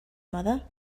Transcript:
mother